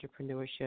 entrepreneurship